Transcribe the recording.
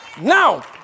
Now